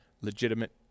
legitimate